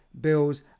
bills